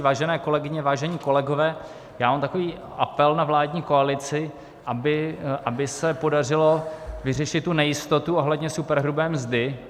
Vážené kolegyně, vážení kolegové, mám takový apel na vládní koalici, aby se podařilo vyřešit nejistotu ohledně superhrubé mzdy.